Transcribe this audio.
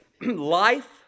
life